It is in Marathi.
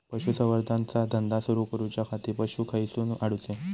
पशुसंवर्धन चा धंदा सुरू करूच्या खाती पशू खईसून हाडूचे?